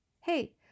Hey